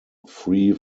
free